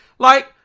like,